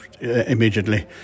immediately